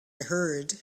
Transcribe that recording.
heard